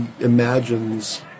imagines